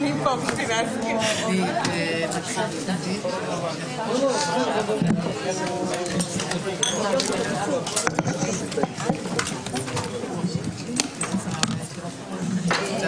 12:10.